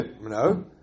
No